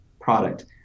product